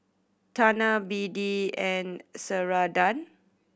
Tena B D and Ceradan